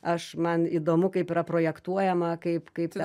aš man įdomu kaip yra projektuojama kaip kaip